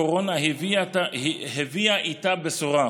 הקורונה הביאה איתה בשורה.